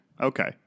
Okay